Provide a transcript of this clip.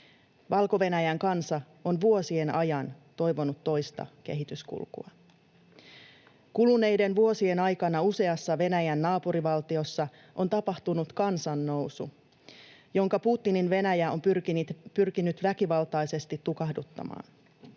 Valko-Venäjän kansa on vuosien ajan toivonut toista kehityskulkua. Kuluneiden vuosien aikana useassa Venäjän naapurivaltiossa on tapahtunut kansannousu, jonka Putinin Venäjä on pyrkinyt väkivaltaisesti tukahduttamaan.